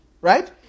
right